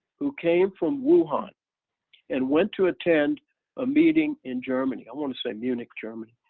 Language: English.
who came from wuhan and went to attend a meeting in germany. i want to say munich, germany.